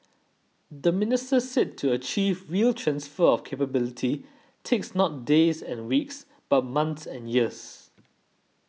the minister said to achieve real transfer of capability takes not days and weeks but months and years